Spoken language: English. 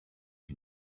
can